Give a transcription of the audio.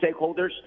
stakeholders